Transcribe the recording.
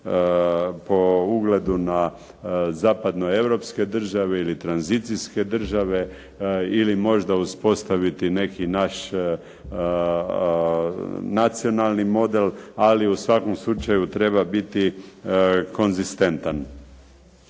po ugledu na zapadnoeuropske države ili tranzicijske države ili možda uspostaviti neki naš nacionalni model, ali u svakom slučaju treba biti konzistentan.